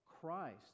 Christ